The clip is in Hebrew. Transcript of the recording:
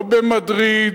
לא במדריד,